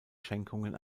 schenkungen